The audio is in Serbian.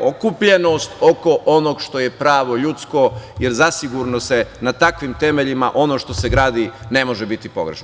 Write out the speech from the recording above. okupljenost oko onoga što je pravo ljudsko, jer zasigurno se na takvim temeljima, ono što se gradi ne može biti pogrešno.